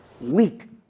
weak